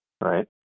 Right